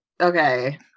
okay